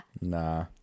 Nah